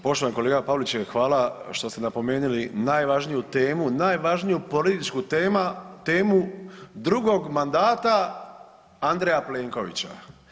Poštovani kolega Pavliček hvala što ste napomenuli najvažniju temu, najvažniju političku temu drugog mandata Andreja Plenkovića.